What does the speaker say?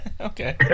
Okay